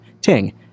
Ting